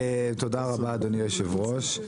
תודה רבה, אדוני היושב-ראש.